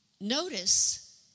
notice